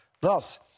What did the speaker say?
Thus